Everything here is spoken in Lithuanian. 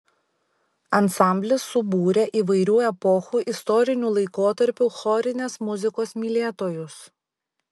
ansamblis subūrė įvairių epochų istorinių laikotarpių chorinės muzikos mylėtojus